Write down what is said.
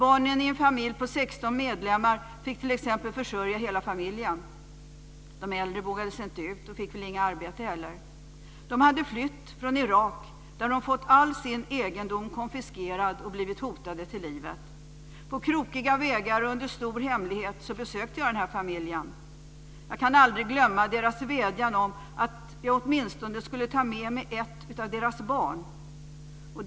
Barnen i en familj på 16 medlemmar fick t.ex. försörja hela familjen. Jag kan aldrig glömma familjens vädjan om att jag åtminstone skulle ta med mig ett av deras barn.